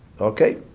Okay